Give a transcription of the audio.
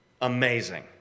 amazing